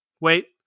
wait